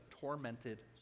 tormented